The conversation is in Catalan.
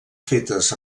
fetes